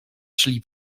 szli